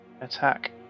attack